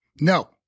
No